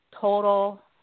total